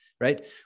right